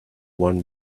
one